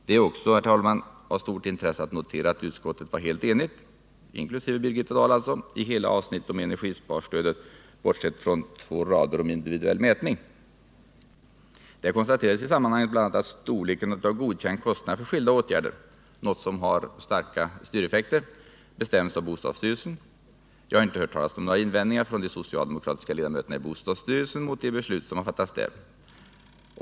Det är också, herr talman, av stort intresse att notera att utskottet var helt enigt — inkl. Birgitta Dahl — i hela avsnittet om energisparstödet, bortsett från två rader om individuell mätning. Då konstaterades i sammanhanget bl.a. att storleken av godkänd kostnad för skilda åtgärder, som har starka styreffekter, bestäms av bostadsstyrelsen. Jag har inte hört talas om några invändningar från de socialdemokratiska ledamöterna i bostadsstyrelsen mot de beslut som har fattats där.